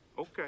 okay